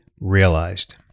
realized